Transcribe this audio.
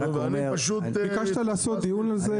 אני רק אומר --- ביקשת לעשות דיון על זה.